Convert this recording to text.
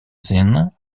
zien